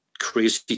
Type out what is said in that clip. crazy